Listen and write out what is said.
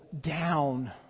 down